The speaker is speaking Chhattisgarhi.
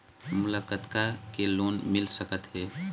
मोला कतका के लोन मिल सकत हे?